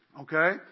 okay